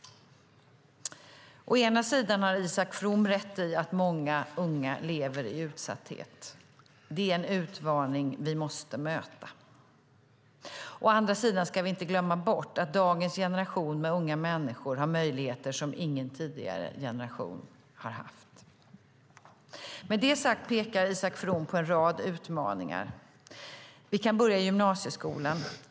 Å ena sidan har Isak From rätt i att många unga lever i utsatthet. Det är en utmaning vi måste möta. Å andra sidan ska vi inte glömma bort att dagens generation med unga människor har möjligheter som ingen tidigare generation har haft. Med det sagt pekar Isak From på en rad utmaningar. Vi kan börja i gymnasieskolan.